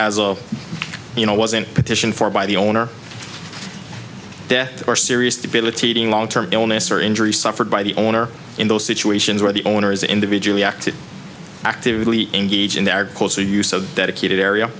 as you know was in petition for by the owner death or serious debilitating long term illness or injury suffered by the owner in those situations where the owners individually acted actively engage in their closely use of dedicated area